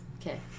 Okay